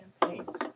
campaigns